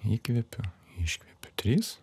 įkvepiu iškvepiu trys